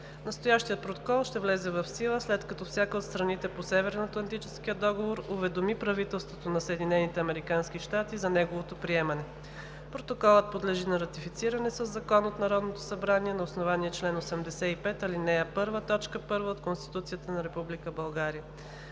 Настоящият протокол ще влезе в сила, след като всяка от страните по Северноатлантическия договор уведоми правителството на Съединените американски щати за неговото приемане. Протоколът подлежи на ратифициране със закон от Народното събрание на основание чл. 85, ал. 1, т. 1 от Конституцията на